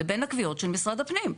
לבין הקביעות של הפנים,